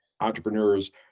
entrepreneurs